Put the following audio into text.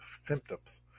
symptoms